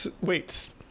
Wait